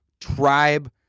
tribe